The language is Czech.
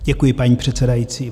Děkuji, paní předsedající.